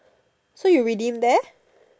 so you redeem there